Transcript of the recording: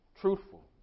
truthful